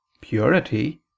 purity